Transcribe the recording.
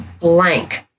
blank